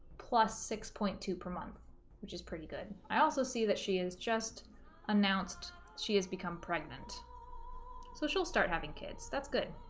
plus six point two per month which is pretty good i also see that she is just announced she has become pregnant so she'll start having kids that's good